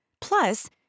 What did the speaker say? Plus